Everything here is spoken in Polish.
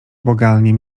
błagalnie